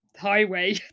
highway